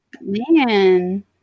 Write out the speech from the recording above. man